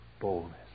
boldness